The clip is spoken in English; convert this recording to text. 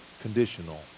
conditional